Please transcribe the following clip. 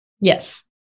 Yes